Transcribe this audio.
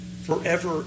forever